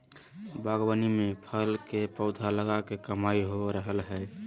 बागवानी में फल के पौधा लगा के कमाई हो रहल हई